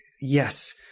yes